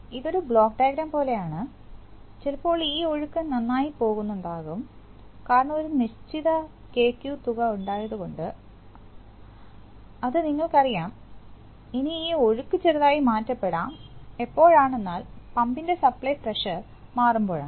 ഇത് ഒരു block diagram പോലെയാണ് ചിലപ്പോൾ ഈ ഒഴുക്ക് നന്നായി പോകുന്നു ഉണ്ടാകും കാരണം ഒരു നിശ്ചിത KQ തുക ഉണ്ടായതുകൊണ്ട് അത്നിങ്ങൾക്കറിയാം ഇനി ഈ ഒഴുക്ക് ചെറുതായി മാറ്റ്പ്പെടാം എപ്പോഴാണ് എന്നാൽ പമ്പ്ൻറെ സപ്ലൈ പ്രഷർ മാറുമ്പോഴാണ്